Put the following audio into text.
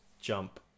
jump